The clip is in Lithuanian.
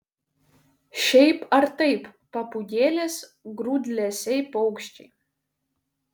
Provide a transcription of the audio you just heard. šiaip ar taip papūgėlės grūdlesiai paukščiai